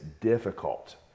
difficult